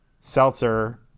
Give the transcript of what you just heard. seltzer